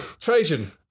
Trajan